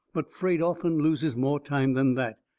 but freight often loses more time than that.